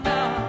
Now